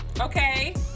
Okay